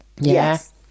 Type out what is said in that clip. Yes